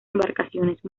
embarcaciones